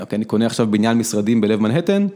אוקיי, אני קונה עכשיו בניין משרדים בלב מנהטן.